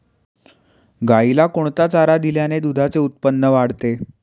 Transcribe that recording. गाईला कोणता चारा दिल्याने दुधाचे उत्पन्न वाढते?